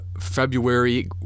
February